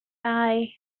i—i